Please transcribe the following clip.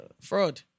fraud